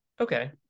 Okay